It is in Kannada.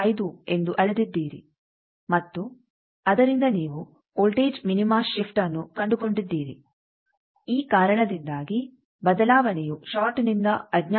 5 ಎಂದು ಅಳೆದಿದ್ದೀರಿ ಮತ್ತು ಅದರಿಂದ ನೀವು ವೋಲ್ಟೇಜ್ ಮಿನಿಮ ಶಿಫ್ಟ್ಅನ್ನು ಕಂಡುಕೊಂಡಿದ್ದೀರಿ ಈ ಕಾರಣದಿಂದಾಗಿ ಬದಲಾವಣೆಯು ಷಾರ್ಟ್ನಿಂದ ಅಜ್ಞಾತ ಲೋಡ್ಗೆ 1